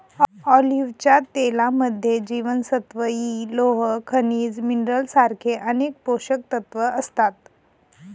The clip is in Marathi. ऑलिव्हच्या तेलामध्ये जीवनसत्व इ, लोह, खनिज मिनरल सारखे अनेक पोषकतत्व असतात